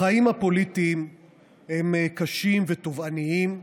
החיים הפוליטיים הם קשים ותובעניים,